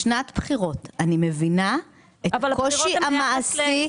בשנת בחירות אני מבינה את הקושי המעשי.